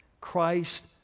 Christ